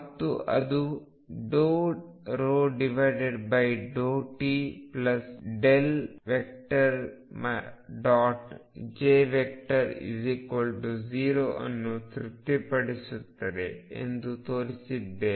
ಮತ್ತು ಅದು ∂ρ∂tj0 ಅನ್ನು ತೃಪ್ತಿಪಡಿಸುತ್ತದೆ ಎಂದು ತೋರಿಸಿದೆ